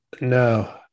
No